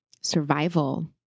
survival